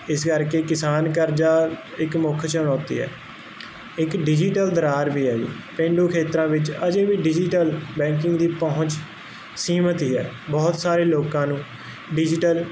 ਇਸ ਕਰਕੇ ਕਿਸਾਨ ਕਰਜਾ ਇੱਕ ਮੁੱਖ ਚੁਣੌਤੀ ਹੈ ਇੱਕ ਡਿਜੀਟਲ ਦਰਾਰ ਵੀ ਐ ਜੀ ਪੇਂਡੂ ਖੇਤਰਾਂ ਵਿੱਚ ਅਜੇ ਵੀ ਡਿਜੀਟਲ ਬੈਂਕਿੰਗ ਦੀ ਪਹੁੰਚ ਸੀਮਤ ਹੀ ਹੈ ਬਹੁਤ ਸਾਰੇ ਲੋਕਾਂ ਨੂੰ ਡਿਜੀਟਲ